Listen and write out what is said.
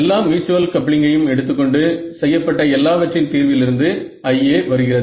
எல்லா மியூச்சுவல் கப்ளிங்கையும் எடுத்துக்கொண்டு செய்யப்பட்ட எல்லாவற்றின் தீர்விலிருந்து IA வருகிறது